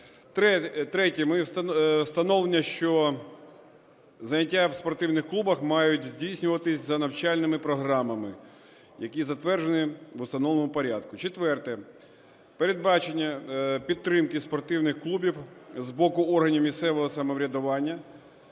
Третє. Встановлення, що заняття в спортивних клубах мають здійснюватись за навчальними програмами, які затверджені в установленому порядку. Четверте. Передбачення підтримки спортивних клубів з боку органів місцевого самоврядування,